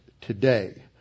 today